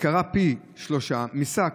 יקרה פי שלושה משק,